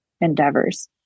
endeavors